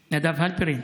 הלפרין.